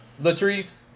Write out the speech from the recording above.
Latrice